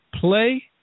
play